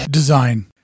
design